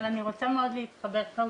אני רוצה להתחבר למה